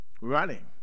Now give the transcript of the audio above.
running